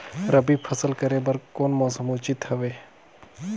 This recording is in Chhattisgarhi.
रबी फसल करे बर कोन मौसम उचित हवे?